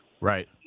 Right